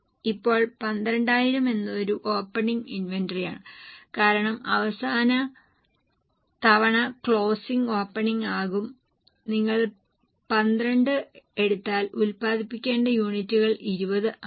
ഇപ്പോൾ 12000 എന്നത് ഒരു ഓപ്പണിംഗ് ഇൻവെന്ററിയാണ് കാരണം അവസാന തവണ ക്ലോസിംഗ് ഓപ്പണിംഗ് ആകും നിങ്ങൾ 12 എടുത്താൽ ഉത്പാദിപ്പിക്കേണ്ട യൂണിറ്റുകൾ 20 ആണ്